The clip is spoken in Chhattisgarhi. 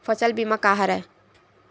फसल बीमा का हरय?